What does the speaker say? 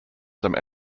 some